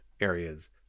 areas